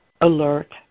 alert